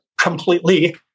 completely